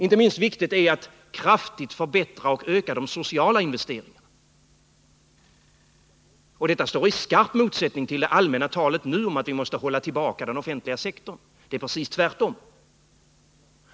Inte minst viktigt är det att de sociala investeringarna kraftigt förbättras och ökas, och detta står i skarp motsättning till det allmänna talet nu om att vi måste hålla tillbaka den offentliga sektorn — det är precis tvärtom.